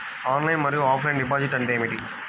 Online మరియు offline deposit అంటే ఏమిటి?